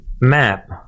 map